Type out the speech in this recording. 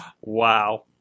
wow